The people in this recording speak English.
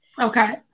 Okay